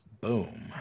Boom